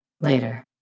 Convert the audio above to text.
Later